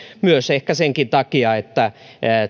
ehkä senkin takia että